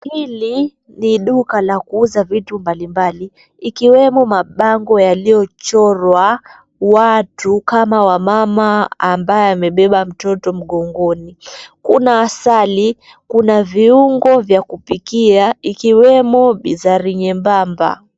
Hili, ni duka la kuuza vitu mbalimbali ikiwemo mabango yaliyochorwa watu kama wamama ambaye amebeba mtoto mgongoni. Kuna asali, kuna viungo vya kupikia ikiwemo mizari nyembamba.